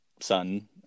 son